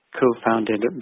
co-founded